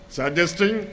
suggesting